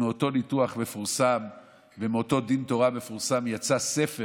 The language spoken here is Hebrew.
מאותו ניתוח מפורסם ומאותו דין תורה מפורסם יצא ספר